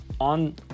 on